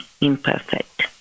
imperfect